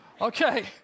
Okay